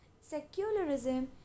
secularism